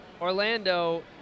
Orlando